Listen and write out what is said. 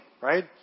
right